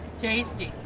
tasty!